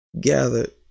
gathered